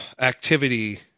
activity